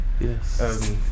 Yes